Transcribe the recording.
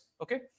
okay